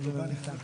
לא, לא,